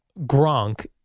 Gronk